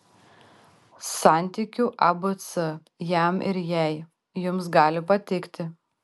santykių abc jam ir jai jums gali patikti